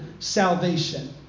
salvation